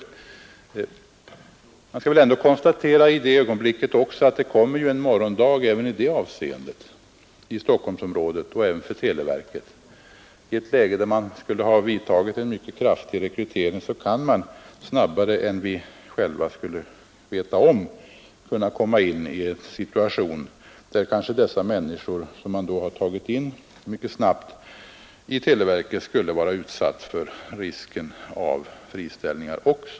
Vi skall väl ändå konstatera att det kommer en morgondag för Stockholmsområdet och för televerket. Efter en mycket kraftig rekrytering kan man, snabbare än vi själva skulle veta om, komma in i en situation där kanske dessa människor, som man tagit in mycket snabbt i televerket, skulle vara utsatta för risken av friställningar.